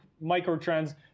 micro-trends